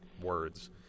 words